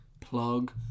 plug